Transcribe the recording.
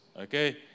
Okay